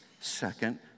second